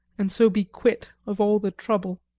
and so be quit of all the trouble.